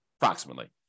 approximately